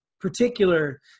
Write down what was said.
particular